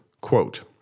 Quote